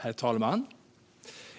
Herr talman!